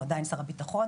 הוא עדיין שר הביטחון.